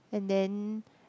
and then